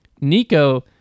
Nico